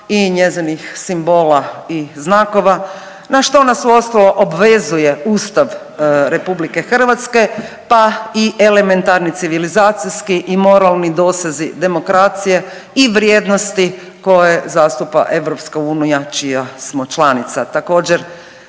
i njezinih simbola i znakova, na što nas uostalom obvezuje Ustav RH pa i elementarni civilizacijski i moralni dosezi demokracije i vrijednosti koje zastupa EU čija smo članica.